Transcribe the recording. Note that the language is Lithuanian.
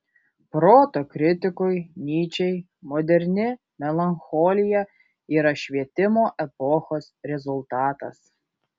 proto kritikui nyčei moderni melancholija yra švietimo epochos rezultatas